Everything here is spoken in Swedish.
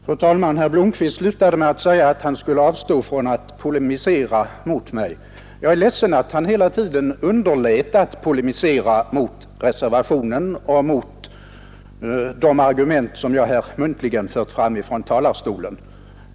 Fru talman! Herr Blomkvist slutade med att säga att han avstod från att polemisera mot mig. Jag är ledsen för att herr Blomkvist hela tiden underlät att polemisera mot reservationen och mot de argument som jag muntligen framfört från denna talarstol.